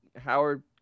Howard